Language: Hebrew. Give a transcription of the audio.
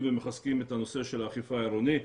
ומחזקים את הנושא של האכיפה העירונית.